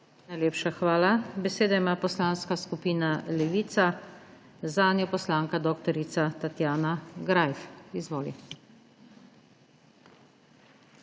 Najlepša hvala. Besedo ima Poslanska skupina Levica, zanjo poslanka dr. Tatjana Greif. Izvolite.